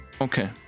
Okay